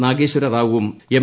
നാഗേശ്വരറാവുവും M